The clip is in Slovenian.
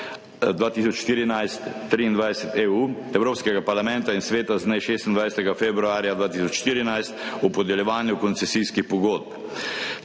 2014/23/EU Evropskega parlamenta in Sveta z dne 26. februarja 2014 o podeljevanju koncesijskih pogodb.